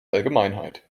allgemeinheit